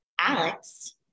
Alex